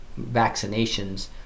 vaccinations